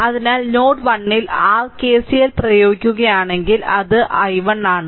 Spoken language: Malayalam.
അതിനാൽ നോഡ് 1 ൽ r KCL പ്രയോഗിക്കുകയാണെങ്കിൽ അത് i1 ആണ്